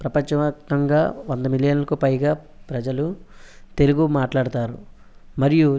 ప్రపంచ వ్యాప్తంగా వంద మిలియన్లకు పైగా ప్రజలు తెలుగు మాట్లాడుతారు మరియు